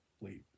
leave